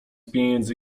pieniędzy